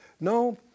No